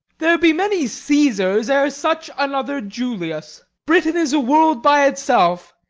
there be many caesars ere such another julius. britain is a world by itself,